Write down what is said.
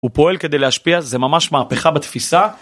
הוא פועל כדי להשפיע, זה ממש מהפכה בתפיסה.